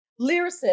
lyricist